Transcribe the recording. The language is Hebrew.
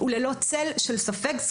וללא צל של ספק,